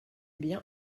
bien